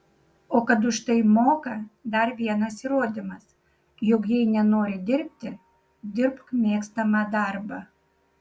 o kad už tai moka dar vienas įrodymas jog jei nenori dirbti dirbk mėgstamą darbą